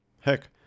Heck